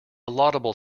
laudable